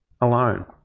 alone